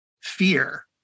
fear